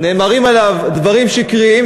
נאמרים עליו דברים שקריים,